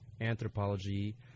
anthropology